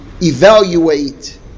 evaluate